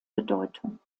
bedeutung